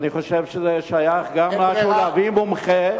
אני חושב ששייך גם להביא מומחה.